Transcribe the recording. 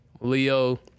Leo